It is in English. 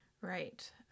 Right